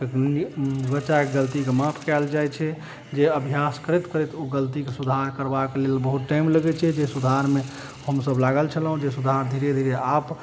बच्चाके गलतीके माफ कयल जाइ छै जे अभ्यास करैत करैत ओ गलतीके सुधार करबाक लेल बहुत टाइम लगै छै जे सुधारमे हमसब लागल छलहुॅं जे सुधार धीरे धीरे आप